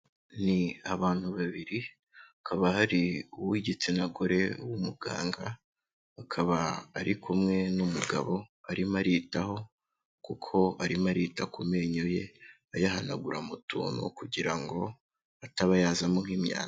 Ni abantu babiri, bakaba hari uw'igitsina gore w'umuganga, akaba ari kumwe n'umugabo arimo aritaho kuko arimo arita ku menyo ye, ayahanaguramo utuntu kugira ngo ataba yazamo nk'imyanda.